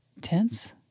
Tense